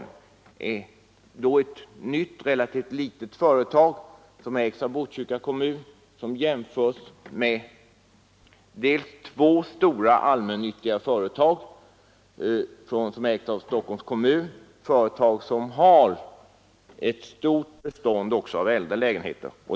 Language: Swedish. Det är ett nytt, relativt litet företag, ägt av Botkyrka kommun, som jämförs med två stora allmännyttiga företag, ägda av Stockholms kommun — företag som har ett stort bestånd också av äldre lägenheter.